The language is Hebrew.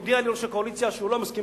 הודיע לי יו"ר הקואליציה שהוא לא מסכים